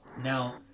Now